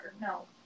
no